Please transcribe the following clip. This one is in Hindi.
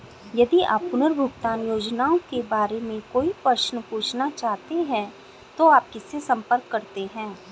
यदि आप पुनर्भुगतान योजनाओं के बारे में कोई प्रश्न पूछना चाहते हैं तो आप किससे संपर्क करते हैं?